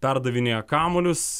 perdavinėja kamuolius